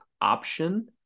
option